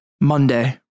Monday